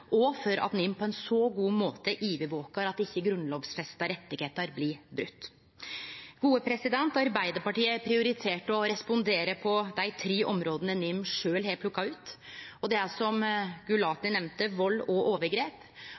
og for at NIM på ein så god måte overvakar at ikkje grunnlovfesta rettar blir brotne. Arbeidarpartiet prioriterer å respondere på dei tre områda NIM sjølv har plukka ut, og det er, som Gulati nemnde, bl.a. vald og overgrep.